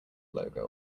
logo